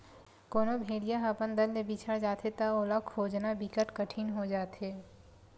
कोनो भेड़िया ह अपन दल ले बिछड़ जाथे त ओला खोजना बिकट कठिन हो जाथे